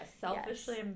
selfishly